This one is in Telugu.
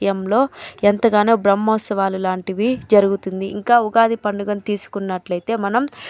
ఆలయంలో ఎంతగానో బ్రహ్మోత్సవాలు లాంటివి జరుగుతుంది ఇంకా ఉగాది పండుగను తీసుకున్నట్లైతే మనం